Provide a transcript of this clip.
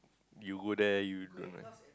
you go there you don't know